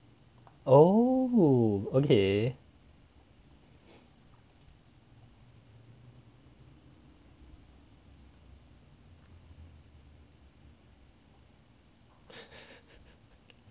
oh okay